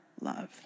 love